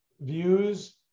views